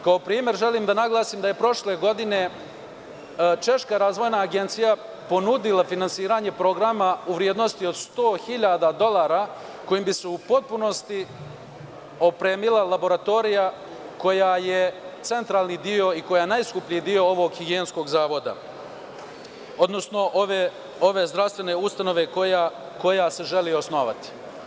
Kao primer, želim da naglasim da je prošle godine Češka razvojna agencija ponudila finansiranje programa u vrednosti od 100 hiljada dolara kojim bi se u potpunosti opremila laboratorija koja je centralni deo i koja je najskuplji deo ovog higijenskog zavoda, odnosno ove zdravstvene ustanove koja se želi osnovati.